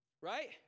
Right